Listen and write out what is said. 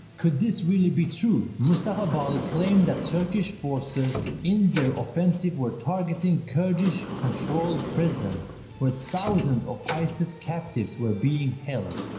could this really be true? mustafa bali claimed that turkish forces in their offensive were targeting kurdish controlled prisons where thousands of isis captivies were being held.